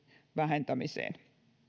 vähentämiseen